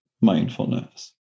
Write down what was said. mindfulness